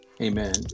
amen